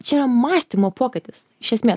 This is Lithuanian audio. čia yra mąstymo pokytis iš esmės